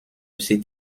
cet